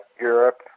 Europe